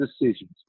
decisions